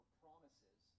promises